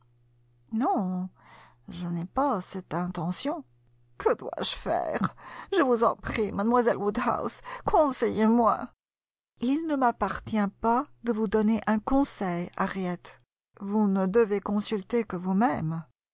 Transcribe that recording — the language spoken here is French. non je n'ai pas cette intention que dois-je faire je vous en prie mademoiselle woodhouse conseillez moi il ne m'appartient pas de vous donner un conseil harriet vous ne devez consulter que vous-même